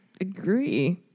agree